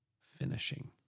finishing